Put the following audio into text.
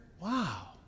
Wow